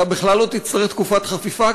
אתה בכלל לא תצטרך תקופת חפיפה,